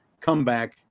comeback